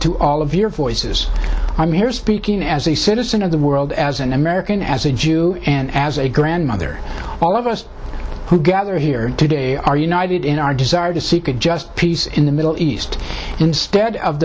to all of your voices i'm here speaking as a citizen of the world as an american as a jew and as a grandmother all of us who gather here today are united in our desire to see could just peace in the middle east instead of